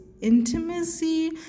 intimacy